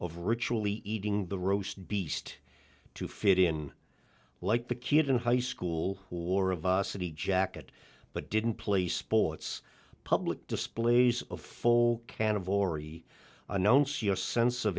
of ritual eating the roast beast to fit in like the kid in high school who are of us in the jacket but didn't play sports public displays of full can of henri announce your sense of